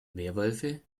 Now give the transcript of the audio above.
werwölfe